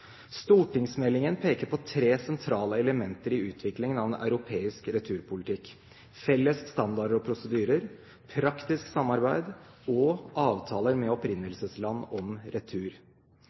Stortingsmeldingen peker på tre sentrale elementer i utviklingen av den europeiske returpolitikken: felles standarder og prosedyrer, praktisk samarbeid og avtaler med opprinnelsesland om retur.